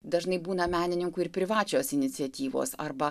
dažnai būna menininkų ir privačios iniciatyvos arba